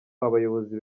abayobozi